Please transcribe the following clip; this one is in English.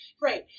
Great